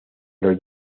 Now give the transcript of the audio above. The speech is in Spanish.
los